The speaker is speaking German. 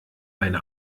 eine